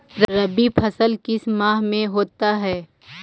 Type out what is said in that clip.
रवि फसल किस माह में होता है?